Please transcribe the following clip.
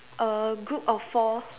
uh group of four